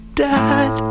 dad